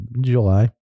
July